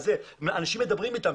אנשים מדברים אתם.,